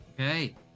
Okay